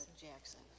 Jackson